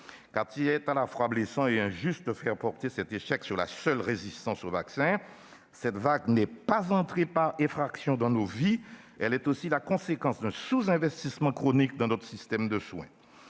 en effet à la fois blessant et injuste de faire porter cet échec sur la seule résistance aux vaccins : cette vague n'est pas entrée par effraction dans nos vies, elle est aussi la conséquence d'un sous-investissement chronique dans notre système de soins.